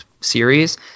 series